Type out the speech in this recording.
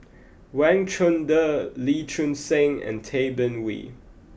Wang Chunde Lee Choon Seng and Tay Bin Wee